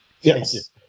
Yes